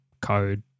code